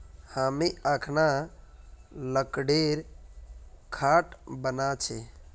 हामी अखना लकड़ीर खाट बना छि